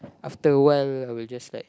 after awhile I'll just like